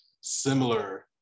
similar